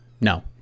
no